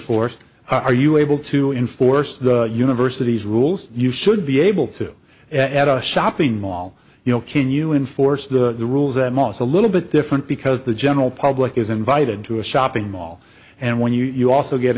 force are you able to enforce the university's rules you should be able to at a shopping mall you know can you enforce the rules at most a little bit different because the general public is invited to a shopping mall and when you also get